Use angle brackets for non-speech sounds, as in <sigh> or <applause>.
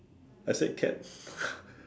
I said cats <laughs>